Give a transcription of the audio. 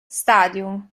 stadium